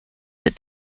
that